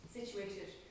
situated